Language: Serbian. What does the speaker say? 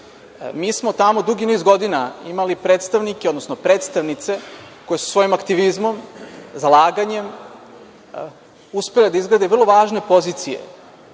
Mi smo tamo dugi niz godina imali predstavnike, odnosno predstavnice koje su se svojim aktivizmom, zalaganjem uspele da izgrade vrlo važne pozicije.